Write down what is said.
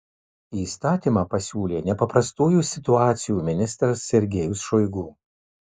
įstatymą pasiūlė nepaprastųjų situacijų ministras sergejus šoigu